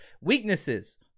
Weaknesses